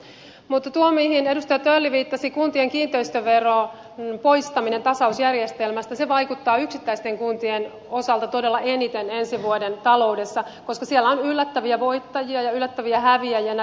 mutta tuo mihin edustaja tölli viittasi kuntien kiinteistöveron poistaminen tasausjärjestelmästä vaikuttaa yksittäisten kuntien osalta todella eniten ensi vuoden taloudessa koska siellä on yllättäviä voittajia ja yllättäviä häviäjiä näissä kunnissa